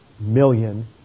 million